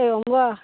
एवं वा